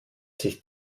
sich